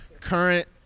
current